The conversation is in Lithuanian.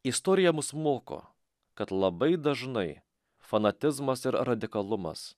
istorija mus moko kad labai dažnai fanatizmas ir radikalumas